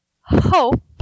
hope